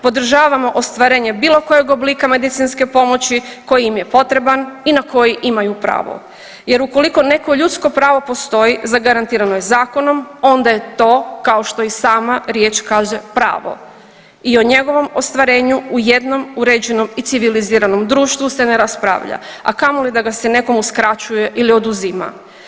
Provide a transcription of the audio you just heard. Podržavamo ostvarenje bilo kojeg oblika medicinske pomoći koji im je potreban i na koji imaju pravo, jer ukoliko neko ljudsko pravo postoji, zagarantirano je zakonom, onda je to kao što i sama riječ kaže, pravo i o njegovom ostvarenju u jednom uređenom i civiliziranom društvu se ne raspravlja, a kamoli da ga se nekom uskraćuje ili oduzima.